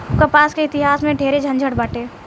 कपास के इतिहास में ढेरे झनझट बाटे